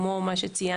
כמו אלה החוזיות.